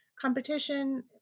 competition